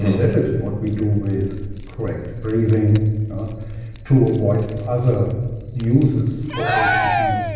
that is what we do with correct breathing to avoid other uses for atp.